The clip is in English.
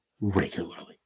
regularly